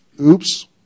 oops